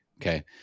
Okay